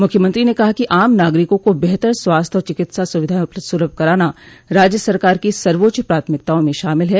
मुख्यमंत्री ने कहा कि आम नागरिकों को बेहतर स्वास्थ्य और चिकित्सा सुविधाएं सुलभ कराना राज्य सरकार की सर्वोच्च प्राथमिकताओं में शामिल है